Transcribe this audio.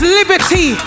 liberty